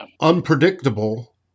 unpredictable